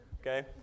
Okay